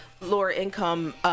lower-income